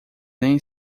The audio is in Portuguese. nem